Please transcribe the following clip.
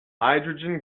hydrogen